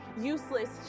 Useless